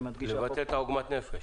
לבטא את עגמת הנפש.